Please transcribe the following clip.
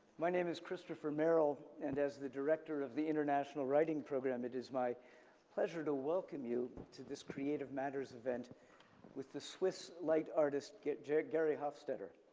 my name is christopher merrill and as the director of the international writing program it is my pleasure to welcome you to this creative matters event with the swiss light artist, gerry gerry hofstetter.